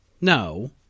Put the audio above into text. No